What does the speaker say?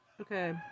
Okay